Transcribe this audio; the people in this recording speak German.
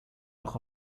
auch